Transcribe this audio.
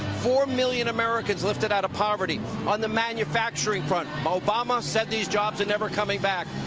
four million americans lifted out of poverty on the manufacturing front. obama said these jobs are never coming back.